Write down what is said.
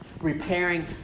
Repairing